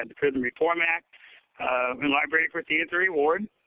and prison reform act and libraries were seen as a reward.